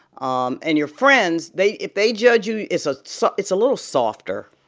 um and your friends, they if they judge you, it's ah so it's a little softer,